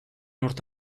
urte